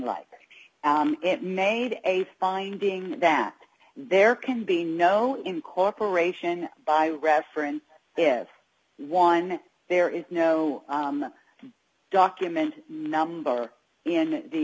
light it made a finding that there can be no incorporation by reference if one there is no document number in the